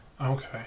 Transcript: Okay